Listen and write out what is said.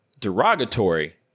derogatory